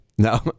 No